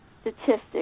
statistics